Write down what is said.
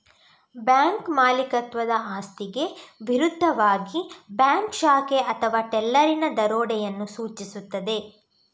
bank ಮಾಲೀಕತ್ವದ ಆಸ್ತಿಗೆ ವಿರುದ್ಧವಾಗಿ ಬ್ಯಾಂಕ್ ಶಾಖೆ ಅಥವಾ ಟೆಲ್ಲರಿನ ದರೋಡೆಯನ್ನು ಸೂಚಿಸುತ್ತದೆ